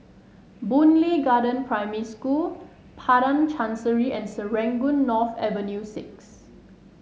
Boon Lay Garden Primary School Padang Chancery and Serangoon North Avenue Six